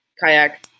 kayak